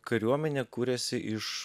kariuomenė kūrėsi iš